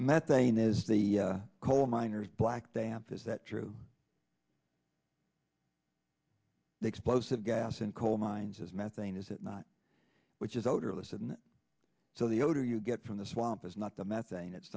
methane is the coal miners black damp is that true the explosive gas in coal mines is methane is it not which is odorless and so the older you get from the swamp is not the methane it's